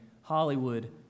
Hollywood